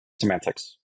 semantics